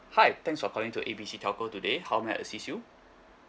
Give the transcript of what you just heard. hi thanks for calling to A B C telco today how may I assist you